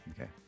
Okay